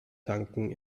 tanken